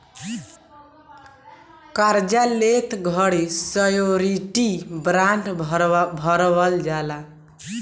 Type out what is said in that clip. कार्जा लेत घड़ी श्योरिटी बॉण्ड भरवल जाला